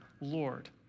Lord